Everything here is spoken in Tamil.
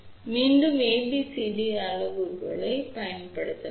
எனவே மீண்டும் நாம் ABCD அளவுருக்களைப் பயன்படுத்தலாம்